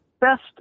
best